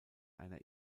einer